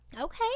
Okay